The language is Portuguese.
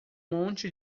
monte